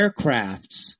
aircrafts